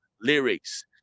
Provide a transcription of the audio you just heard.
lyrics